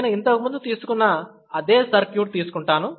నేను ఇంతకు ముందు తీసుకున్న అదే సర్క్యూట్ తీసుకుంటాను